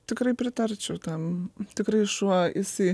tikrai pritarčiau tam tikrai šuo jisai